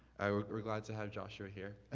we're glad to have joshua here.